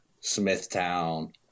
Smithtown